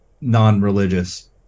non-religious